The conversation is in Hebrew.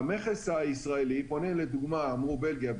המכס הישראלי אמרו בלגיה,